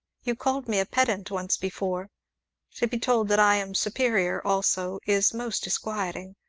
you called me a pedant once before to be told that i am superior, also, is most disquieting.